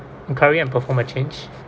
enquiry and perform a change